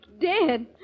dead